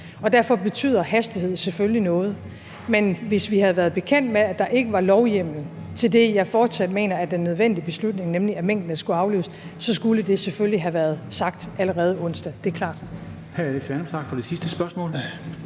og derfor betyder hastighed selvfølgelig noget. Men hvis vi havde været bekendt med, at der ikke var lovhjemmel til det, jeg fortsat mener er den nødvendige beslutning, nemlig at minkene skulle aflives, skulle det selvfølgelig have været sagt allerede onsdag; det er klart.